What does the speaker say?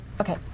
Okay